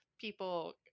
people